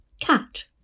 Cat